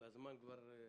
והזמן כבר קצר.